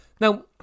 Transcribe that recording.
now